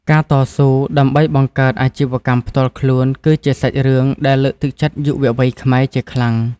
ការតស៊ូ ដើម្បីបង្កើតអាជីវកម្មផ្ទាល់ខ្លួនគឺជាសាច់រឿងដែលលើកទឹកចិត្តយុវវ័យខ្មែរជាខ្លាំង។